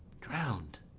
drown'd,